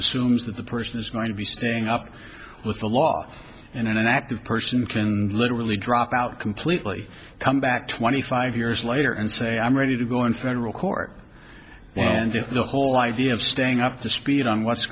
assumes that the person is going to be staying up with the law in an active person can literally drop out completely come back twenty five years later and say i'm ready to go in federal court and you know whole idea of staying up to speed on what's